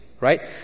Right